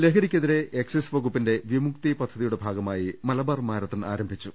ലഹരിക്കെതിരെ എക്സൈസ് വകുപ്പിന്റെ വിമുക്തി പദ്ധതിയുടെ ഭാഗമായി മലബാർ മാരത്തൺ ആരംഭിച്ചു